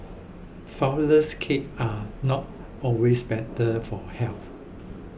Flourless Cakes are not always better for health